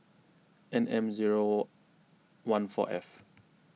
N M zero one four F